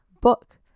book